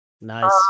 Nice